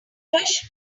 fresh